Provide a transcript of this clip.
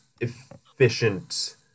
efficient